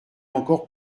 encore